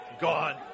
gone